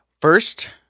First